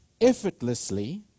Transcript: effortlessly